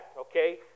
Okay